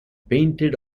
painted